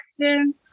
action